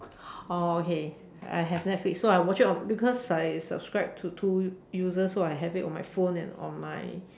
orh okay I have netflix so I watch it on because I subscribe to two users so I have it on my phone and on my